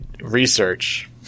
research